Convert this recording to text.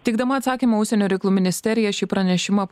teikdama atsakymą užsienio reikalų ministerija šį pranešimą